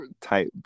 type